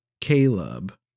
Caleb